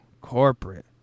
corporate